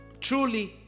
truly